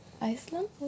Iceland